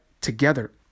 together